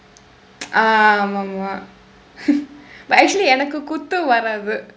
ah ஆமாம்:aamaam but actually எனக்கு குத்து வராது:enakku kutthu varaathu